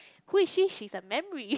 who is she she's a memory